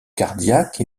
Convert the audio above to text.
cardiaque